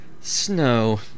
Snow